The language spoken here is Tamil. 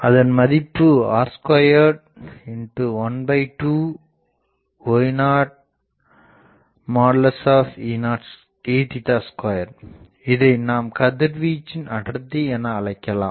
அதன் மதிப்பு r2 12 y0 E2இதை நாம் கதிர்வீச்சின் அடர்த்தி எனஅழைக்கலாம்